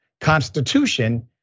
constitution